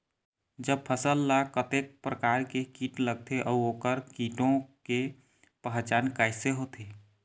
जब फसल ला कतेक प्रकार के कीट लगथे अऊ ओकर कीटों के पहचान कैसे होथे?